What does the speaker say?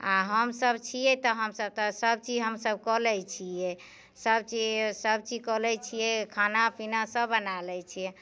आओर हमसभ छियै तऽ हमसभ तऽ सभचीज हमसभ कऽ लै छियै सभचीज सभचीज कऽ लै छियै खाना पीना सभ बना लै छियै